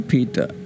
Peter